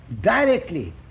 directly